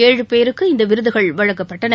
ஏழு பேருக்கு இந்த விருதுகள் வழங்கப்பட்டன